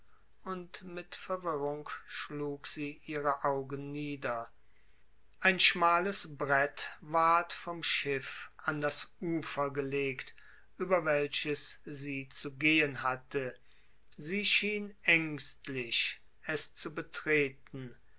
und mit verwirrung schlug sie ihre augen nieder ein schmales brett ward vom schiff an das ufer gelegt über welches sie zu gehen hatte sie schien ängstlich es zu betreten